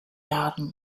jahren